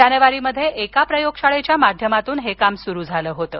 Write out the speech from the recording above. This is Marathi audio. जानेवारीमध्ये एका प्रयोगशाळेच्या माध्यमातून हे काम सुरु झालं होतं